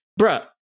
Bruh